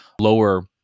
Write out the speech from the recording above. lower